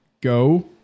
Go